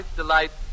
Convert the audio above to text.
delight